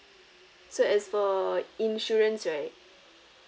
so as for insurance right